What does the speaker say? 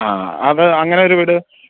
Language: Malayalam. ആ അത് അങ്ങനെ ഒരു വീട്